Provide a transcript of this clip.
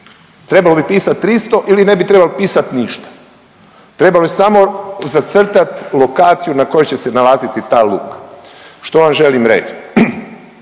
Trebalo bi pisat 300 ili ne bi trebalo pisati ništa. Trebalo je samo zacrtati lokaciju na kojoj će nalaziti ta luka. Što vam želim reći?